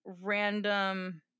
random